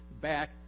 back